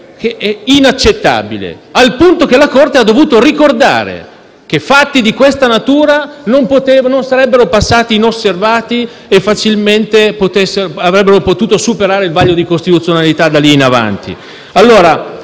che è inaccettabile, al punto che la Corte ha dovuto ricordare che fatti di questa natura non sarebbero passati inosservati e difficilmente avrebbero potuto superare il vaglio di costituzionalità di lì in avanti.